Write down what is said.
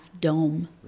dome